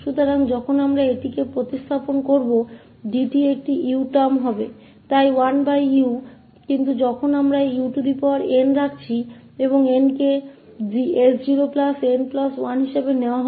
इसलिए जब हम इस को प्रतिस्थापित करते हैं 𝑑𝑡 तो एक पद u होगा इसलिए 1u लेकिन जब हम इसे रखते हैं un और 𝑛 को s0n1 के रूप में लिया जाता है